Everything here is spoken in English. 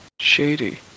Shady